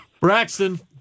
Braxton